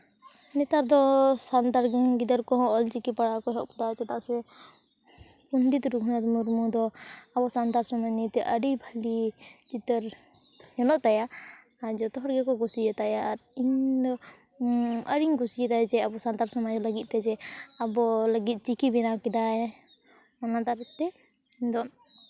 ᱱᱮᱛᱟᱨ ᱫᱚ ᱥᱟᱱᱛᱟᱲ ᱜᱤᱫᱟᱹᱨ ᱠᱚᱦᱚᱸ ᱚᱞ ᱪᱤᱠᱤ ᱯᱟᱲᱦᱟᱣ ᱠᱚ ᱮᱦᱚᱵ ᱠᱟᱫᱟ ᱪᱮᱫᱟᱜ ᱥᱮ ᱯᱚᱸᱰᱮᱛ ᱨᱟᱹᱜᱷᱩᱱᱟᱛᱷ ᱢᱩᱨᱢᱩ ᱫᱚ ᱟᱵᱚ ᱥᱟᱱᱛᱟᱲ ᱥᱟᱶᱛᱟ ᱱᱤᱭᱮᱛᱮ ᱟᱹᱰᱤ ᱵᱷᱟᱜᱮ ᱪᱤᱛᱟᱹᱨ ᱧᱮᱞᱚᱜ ᱛᱟᱭᱟ ᱟᱨ ᱡᱚᱛᱚ ᱦᱚᱲ ᱜᱮᱠᱚ ᱠᱩᱥᱤᱭᱟᱛᱟᱭᱟ ᱤᱧᱫᱚ ᱟᱨᱤᱧ ᱠᱩᱥᱤᱭᱟᱛᱟᱭᱟ ᱡᱮ ᱟᱵᱚ ᱥᱟᱱᱛᱟᱲ ᱥᱚᱢᱟᱡᱽ ᱞᱟᱹᱜᱤᱫ ᱛᱮᱡᱮ ᱟᱵᱚ ᱞᱟᱹᱜᱤᱫ ᱪᱤᱠᱤ ᱵᱮᱱᱟᱣ ᱠᱮᱫᱟᱭ ᱚᱱᱟ ᱫᱟᱨᱮ ᱛᱮ ᱫᱚ